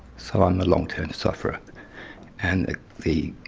so i'm a long-term sufferer and the